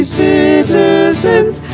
citizens